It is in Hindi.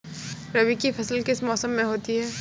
रबी की फसल किस मौसम में होती है?